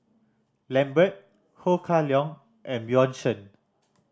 Lambert Ho Kah Leong and Bjorn Shen